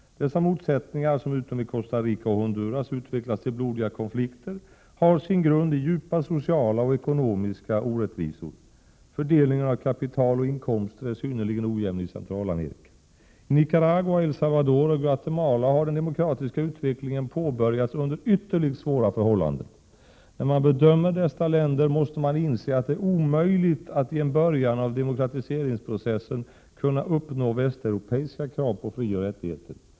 Dessa motsättningar, som utom i Costa Rica och Honduras utvecklats till blodiga konflikter, har sin grund i djupa sociala och ekonomiska orättvisor. Fördelningen av kapital och inkomster är synnerligen ojämn i Centralamerika. I Nicaragua, El Salvador och Guatemala har den demokratiska utvecklingen påbörjats under ytterligt svåra förhållanden. När man bedömer dessa länder måste man inse att det är omöjligt att i en början av demokratiseringsprocessen uppnå västeuropeiska krav på frioch rättigheter.